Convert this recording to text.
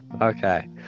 Okay